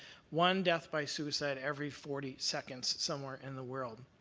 one death by suicide every forty seconds, somewhere in the world.